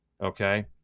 Okay